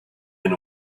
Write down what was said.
been